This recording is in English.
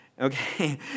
Okay